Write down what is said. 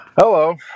Hello